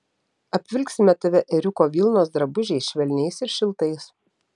apvilksime tave ėriuko vilnos drabužiais švelniais ir šiltais